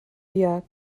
via